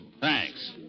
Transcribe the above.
Thanks